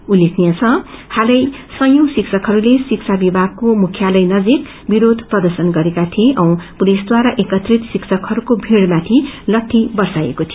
उल्लेखनीय छ हालै सयी शिवकहरूले शिवा विभागको मुख्यालय नजीक विरोध प्रर्दशन गरेका थिए औ जहाँ पुलिसबारा एकत्रित शिक्षकहरूको भीड़माथि लाठी बर्षाएको थियो